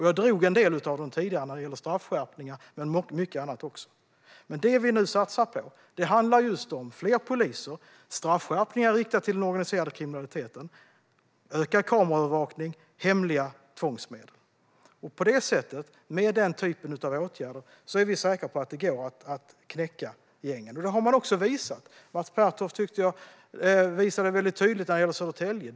Jag drog en del av dem tidigare när det gäller straffskärpningar, men det gäller också mycket annat. Det vi nu satsar på handlar just om fler poliser, straffskärpningar riktade mot den organiserade kriminaliteten, ökad kameraövervakning och hemliga tvångsmedel. På det sättet, med den typen av åtgärder, är vi säkra på att det går att knäcka gängen. Det har man också visat. Jag tyckte att Mats Pertoft visade det väldigt tydligt när det gäller Södertälje.